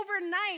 overnight